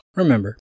Remember